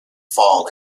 fall